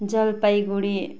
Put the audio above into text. Jalpaiguri